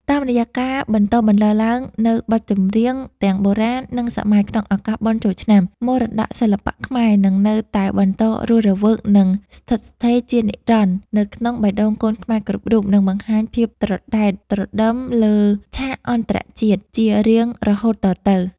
តាមរយៈការបន្តបន្លឺឡើងនូវបទចម្រៀងទាំងបុរាណ និងសម័យក្នុងឱកាសបុណ្យចូលឆ្នាំ មរតកសិល្បៈខ្មែរនឹងនៅតែបន្តរស់រវើក និងស្ថិតស្ថេរជានិរន្តរ៍នៅក្នុងបេះដូងកូនខ្មែរគ្រប់រូប និងបង្ហាញភាពត្រដែតត្រដឹមលើឆាកអន្តរជាតិជារៀងរហូតតទៅ។